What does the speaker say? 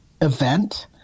event